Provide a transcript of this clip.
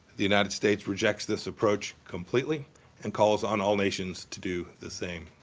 the united states rejects this approach completely and calls on all nations to do the same.